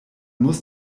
muss